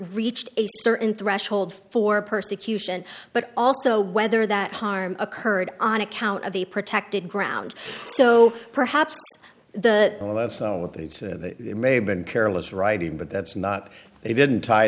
reached a certain threshold for persecution but also whether that harm occurred on account of the protected grounds so perhaps the well that's what they may have been careless writing but that's not they didn't t